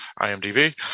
IMDb